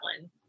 one